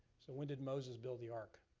so when did moses build the ark?